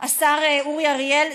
השר אורי אריאל,